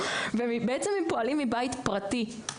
בעצם הם פועלים מבית פרטי.